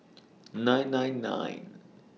nine nine nine